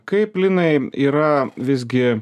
kaip linai yra visgi